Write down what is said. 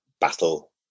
battle